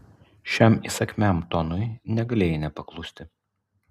šiam įsakmiam tonui negalėjai nepaklusti